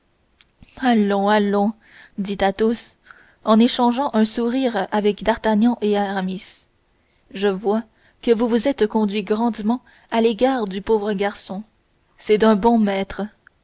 allons allons dit athos en échangeant un sourire avec d'artagnan et aramis je vois que vous vous êtes conduit grandement à l'égard du pauvre garçon c'est d'un bon maître